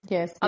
Yes